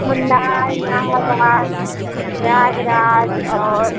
मुन्नार इलाहाबाद प्रयागराज और